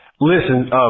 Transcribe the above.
listen